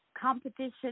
competition